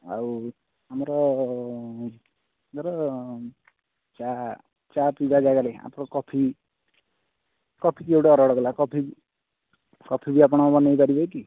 ଆଉ ଆମର ଧର ଚା' ଚା' ପିଇବା ଜାଗାରେ ଆମର କଫି କଫି କିଏ ଗୋଟେ ଅର୍ଡ଼ର୍ କଲା କଫି କଫି ବି ଆପଣ ବନେଇ ପାରିବେ କି